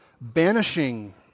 banishing